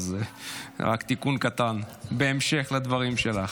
אז רק תיקון קטן בהמשך לדברים שלך.